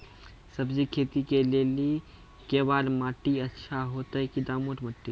सब्जी खेती के लेली केवाल माटी अच्छा होते की दोमट माटी?